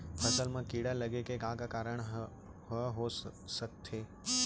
फसल म कीड़ा लगे के का का कारण ह हो सकथे?